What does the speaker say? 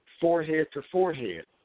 forehead-to-forehead